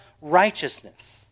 righteousness